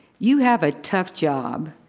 you have a tough job.